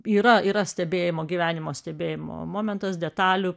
yra yra stebėjimo gyvenimo stebėjimo momentas detalių